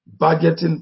budgeting